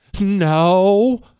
no